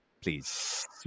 please